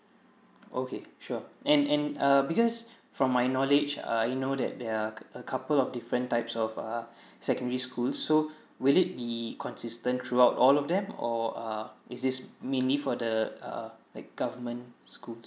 okay sure and and uh because from my knowledge uh we know that there are cou~ a couple of different types of uh secondary schools so will it be consistent throughout all of them or uh is this mainly for the uh like government schools